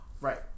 right